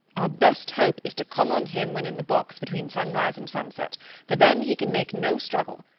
our best hope is to come on him when in the box between sunrise and sunset for then he can make no struggle,